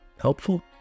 Helpful